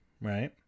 right